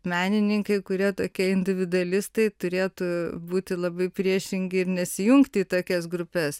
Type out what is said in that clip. menininkai kurie tokie individualistai turėtų būti labai priešingi ir nesijungti į tokias grupes